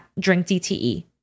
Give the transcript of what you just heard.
drinkdte